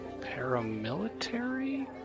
paramilitary